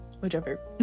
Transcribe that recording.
whichever